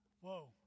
Whoa